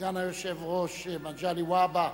סגן היושב-ראש מגלי והבה,